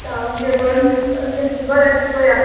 सामकें पण ओके बरें पळोवया